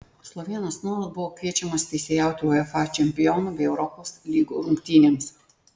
slovėnas nuolat buvo kviečiamas teisėjauti uefa čempionų bei europos lygų rungtynėms